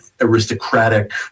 aristocratic